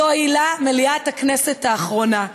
זוהי לה מליאת הכנסת האחרונה,